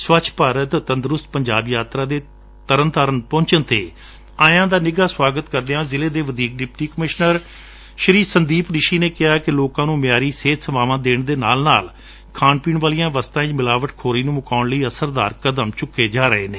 ਸਵੱਛ ਭਾਰਤ ਤੰਦਰੁਸਤ ਪੰਜਾਬ ਯਾਤਰਾ ਦੇ ਤਰਨ ਤਾਰਨ ਵਿਖੇ ਪਹੁੰਚਣ ਤੇ ਨਿੱਘਾ ਸਵਾਗਤ ਕਰਦਿਆ ਵਧੀਕ ਡਿਪਟੀ ਕਮਿਸ਼ਨਰ ਸੰਦੀਪ ਰਿਸ਼ੀ ਨੇ ਕਿਹਾ ਕਿ ਲੋਕਾਂ ਨੂੰ ਮਿਆਰੀ ਸਿਹਤ ਸੇਵਾਵਾਂ ਦੇਣ ਦੇ ਨਾਲ ਨਾਲ ਖਾਣ ਵਾਲੀਆਂ ਵਸਤਾਂ ਵਿੱਚ ਮਿਲਾਵਟਖੋਰੀ ਨੂੰ ਖਤਮ ਕਰਨ ਲਈ ਵੀ ਸਖਤ ਕਦਮ ਚੁੱਕੇ ਜਾ ਰਹੇ ਨੇ